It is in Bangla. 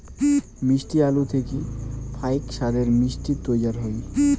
মিষ্টি আলু থাকি ফাইক সাদের মিষ্টি তৈয়ার হই